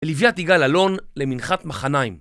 אליביה את יגאל אלון, למנחת מחנאים